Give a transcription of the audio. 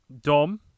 Dom